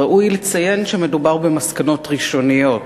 ראוי לציין שמדובר במסקנות ראשוניות,